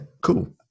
cool